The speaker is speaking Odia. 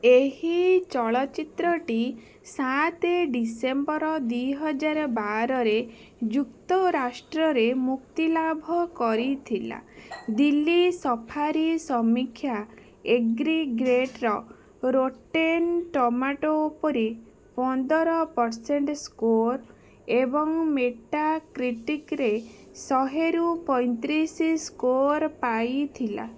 ଏହି ଚଳଚ୍ଚିତ୍ରଟି ସାତେ ଡିସେମ୍ବର ଦୁଇ ହଜାର ବାରରେ ଯୁକ୍ତରାଷ୍ଟ୍ରରେ ମୁକ୍ତିଲାଭ କରିଥିଲା ଦିଲ୍ଲୀ ସଫାରୀ ସମୀକ୍ଷା ଏଗ୍ରିଗେଟ୍ର ରୋଟେନ୍ ଟୋମାଟୋ ଉପରେ ପନ୍ଦର ପରସେଣ୍ଟ୍ ସ୍କୋର୍ ଏବଂ ମେଟାକ୍ରିଟିକ୍ରେ ଶହେରୁ ପଇଁତିରିଶି ସ୍କୋର୍ ପାଇଥିଲା